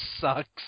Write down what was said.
sucks